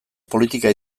politika